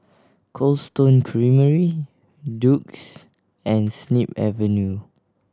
Cold Stone Creamery Doux and Snip Avenue